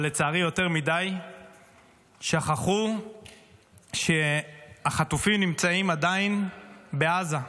אבל לצערי יותר מדי שכחו שהחטופים עדיין נמצאים בעזה.